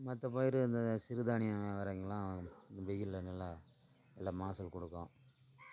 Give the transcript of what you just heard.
மற்றப் பயிர் இந்த சிறுதானியம் வகைங்களாம் வெயிலில் நல்லா நல்லா மகசூல் கொடுக்கும்